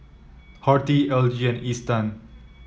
Horti L G and Isetan